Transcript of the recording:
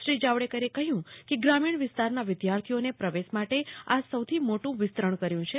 શ્રી જાવડેકરે કહ્યું કે ગ્રામીણ વિસ્તારના વિદ્યાર્થીઓને પ્રવેશ માટે આ સૌ થી મોટું વિસ્તરણ કર્યું છે